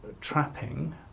trapping